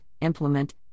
implement